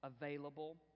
available